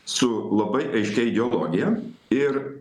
su labai aiškia ideologija ir